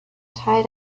teil